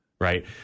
right